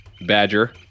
Badger